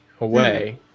away